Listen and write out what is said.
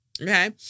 Okay